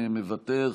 מוותר,